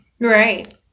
Right